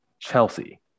Chelsea